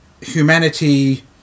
humanity